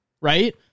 right